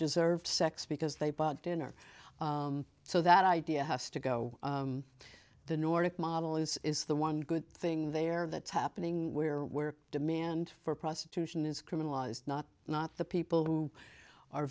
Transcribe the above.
deserve sex because they bought dinner so that idea has to go the nordic model is is the one good thing they are that's happening where where demand for prostitution is criminalized not not the people who are